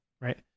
Right